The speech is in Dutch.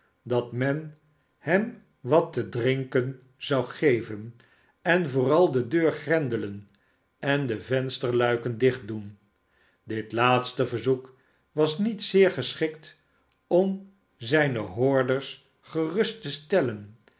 dat men hem wat te drinken zou geven en vooral de deur grendelen en de vensterluiken dicht doen dit laatste verzoek was niet zeer geschikt om zijne hoorders gerust te stellen